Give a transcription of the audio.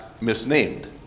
misnamed